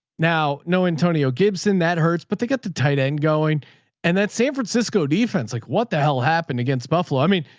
now, no antonio gibson that hurts, but they got the tight end going and that san francisco defense, like what the hell happened against buffalo? i mean,